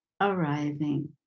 arriving